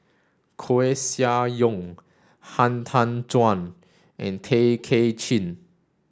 Koeh Sia Yong Han Tan Juan and Tay Kay Chin